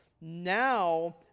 now